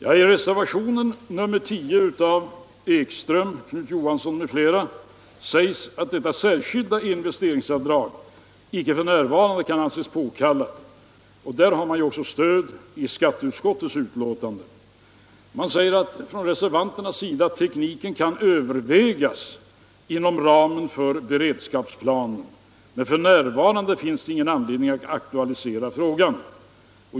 I reservationen 10 A av Sven Ekström, Knut Johansson m.fl. sägs att detta särskilda investeringsavdrag inte f. n. kan anses påkallat. Den uppfattningen har också stöd i skatteutskottets betänkande. Reservanterna säger att tekniken kan övervägas inom ramen för beredskapsplanen, men att det f. n. inte finns anledning att aktualisera frågan.